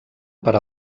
per